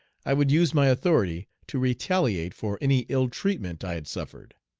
i would use my authority to retaliate for any ill-treatment i had suffered.